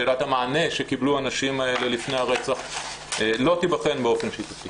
שאלת המענה שקיבלו הנשים האלה לפני הרצח לא תבחן באופן שיטתי.